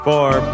Four